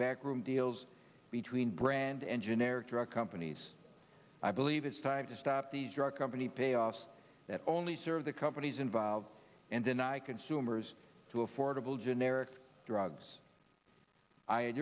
backroom deals between brand engineer drug companies i believe it's time to stop these drug company payoffs that only serve the companies involved and deny consumers to affordable generic drugs i